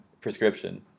Prescription